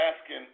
asking